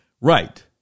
Right